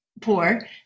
poor